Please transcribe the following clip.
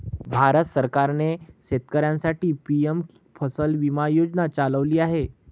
भारत सरकारने शेतकऱ्यांसाठी पी.एम फसल विमा योजना चालवली आहे